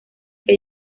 que